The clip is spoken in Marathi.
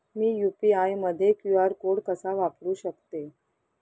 मी यू.पी.आय मध्ये क्यू.आर कोड कसा वापरु शकते?